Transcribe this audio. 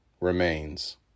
remains